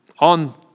On